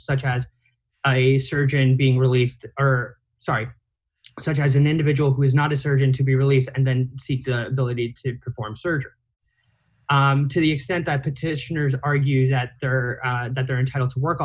such as a surgeon being released or site such as an individual who is not a surgeon to be released and then seek to perform surgery to the extent that petitioners argue that there are that they're entitled to work